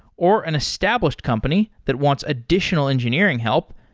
or an established company that wants additional engineering help,